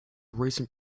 recent